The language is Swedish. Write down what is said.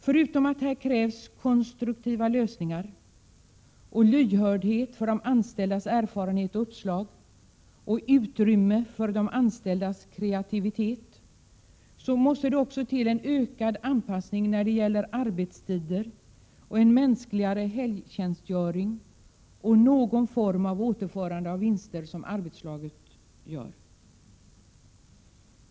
Förutom att det här krävs konstruktiva lösningar och lyhördhet för de anställdas erfarenhet och uppslag samt utrymme för de anställdas kreativitet måste det också till en ökad anpassning när det gäller arbetstider, en mänskligare helgtjänstgöring och någon form av återförande av de vinster som arbetslaget gör.